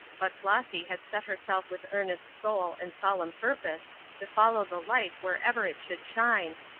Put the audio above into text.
but flossy had set herself with earnest soul and solemn purpose to follow the light wherever it should shine,